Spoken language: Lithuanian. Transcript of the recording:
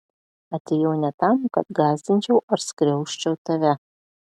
atėjau ne tam kad gąsdinčiau ar skriausčiau tave